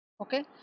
okay